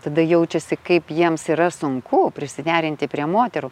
tada jaučiasi kaip jiems yra sunku prisiderinti prie moterų